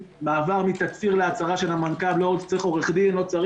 מעבר מתצהיר להצהרה של המנכ"ל לא צריך